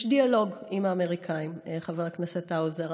יש דיאלוג עם האמריקנים, חבר הכנסת האוזר.